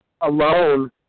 alone